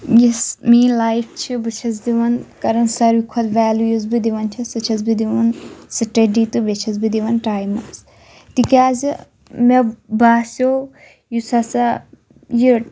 یۄس مینۍ لایف چھِ بہٕ چھَس دِوان کَران ساروٕے کھۄتہٕ ویلیوٗ یۄس بہٕ دِوان چھَس سۄ چھَس بہٕ دِوان سٹیڈی تہٕ بیٚیہِ چھَس بہٕ دِوان ٹایمَس تِکیازِ مےٚ باسیو یُس ہَسا یہِ